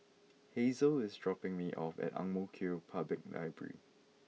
Hazel is dropping me off at Ang Mo Kio Public Library